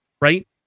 right